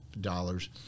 dollars